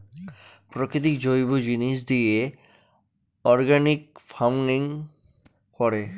প্রাকৃতিক জৈব জিনিস দিয়ে অর্গানিক ফার্মিং করে